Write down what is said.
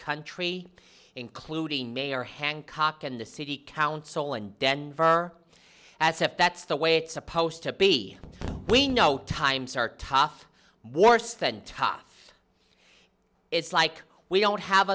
country including mayor hancock and the city council and denver as if that's the way it's supposed to be we know times are tough worse than tough it's like we don't have